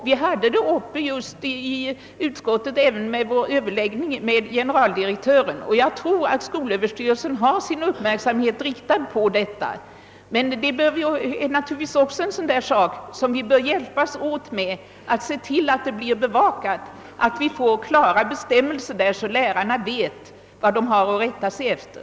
Vi berörde det i utskottet vid vår överläggning med generaldirektören, och jag tror att skolöverstyrelsen har uppmärksamheten riktad på problemet, men detta är ändå en sak som vi bör hjälpas åt att bevaka, så att vi får fram klara bestämmelser och så att lärarna vet vad de har att rätta sig efter.